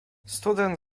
student